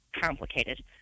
complicated